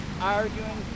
arguing